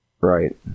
right